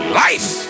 life